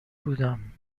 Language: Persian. بودم